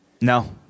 No